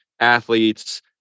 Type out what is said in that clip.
athletes